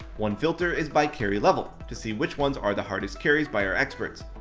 one filter is by carry level, to see which ones are the hardest carries by our experts.